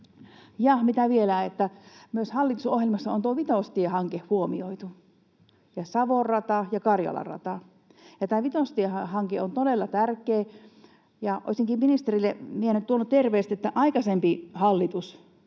Ja mitä vielä: hallitusohjelmassa on myös tuo Vitostie-hanke huomioitu ja Savon rata ja Karjalan rata. Tämä Vitostie-hanke on todella tärkeä, ja olisinkin ministerille tuonut terveiset, että aikaisempi hallitus